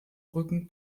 rücken